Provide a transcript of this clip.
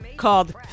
called